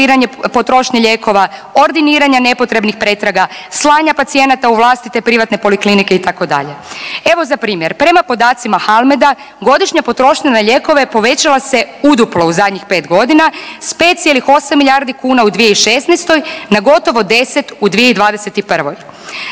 potrošnje lijekova, ordiniranja nepotrebnih pretraga, slanja pacijenata u vlastite privatne poliklinike itd. Evo za primjer, prema podacima Halmeda godišnja potrošnja na lijekove povećala se u duplo u zadnjih pet godina sa 5,8 milijardi kuna u 2016. na gotovo 10 u 2021.